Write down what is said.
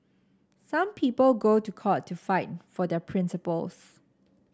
some people go to court to fight for their principles